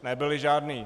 Nebyly žádné!